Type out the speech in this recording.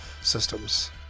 systems